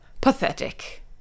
Pathetic